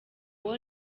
uwo